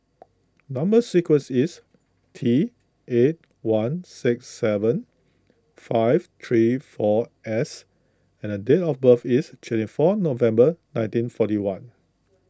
Number Sequence is T eight one six seven five three four S and the date of birth is twenty four November nineteen forty one